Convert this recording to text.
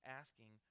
asking